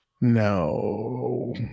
No